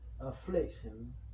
affliction